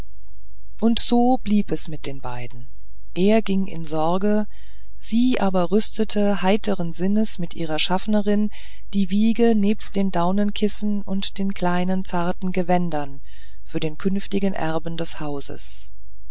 und so blieb es mit den beiden er ging in sorge sie aber rüstete heiteren sinnes mit ihrer schaffnerin die wiege nebst den daunenkissen und den kleinen zarten gewändern für den künftigen erben des hauses